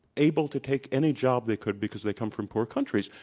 able to take any job they could because they come from poor countries,